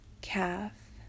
calf